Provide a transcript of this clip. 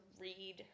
read